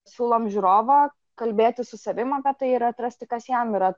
siūlom žiūrovą kalbėtis su savim apie tai ir atrasti kas jam yra